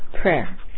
Prayer